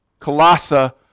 Colossa